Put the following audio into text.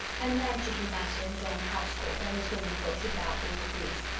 and a man should be master in his own household, and his women folk should bow to his decrees.